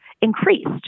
increased